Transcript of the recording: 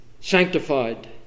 sanctified